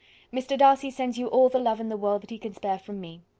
mr. darcy sends you all the love in the world that he can spare from me.